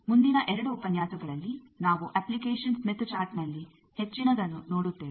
ಮುಂದಿನ 2 ಉಪನ್ಯಾಸಗಳಲ್ಲಿ ನಾವು ಅಪ್ಲಿಕೇಷನ್ ಸ್ಮಿತ್ ಚಾರ್ಟ್ನಲ್ಲಿ ಹೆಚ್ಚಿನದನ್ನು ನೋಡುತ್ತೇವೆ